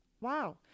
Wow